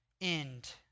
end